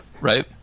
right